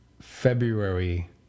February